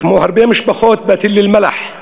כמו הרבה משפחות, בתל-אלמלח.